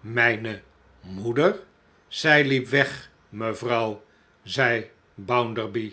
mijne moeder zij hep weg mevrouw zeide bounderby